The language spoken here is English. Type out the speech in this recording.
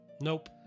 Nope